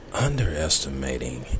underestimating